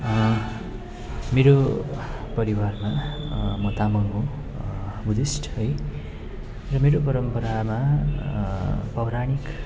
मेरो परिवारमा म तामाङ हो बुद्धिस्ट है र मेरो परम्परामा पौराणिक